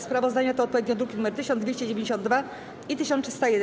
Sprawozdania to odpowiednio druki nr 1292 i 1301.